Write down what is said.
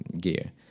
gear